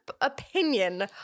opinion